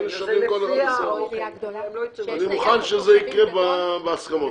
אני מוכן שזה יקרה בהסכמות,